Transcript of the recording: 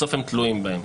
בסוף הן תלויות בהם.